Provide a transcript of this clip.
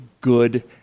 good